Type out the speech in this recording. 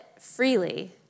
freely